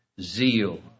zeal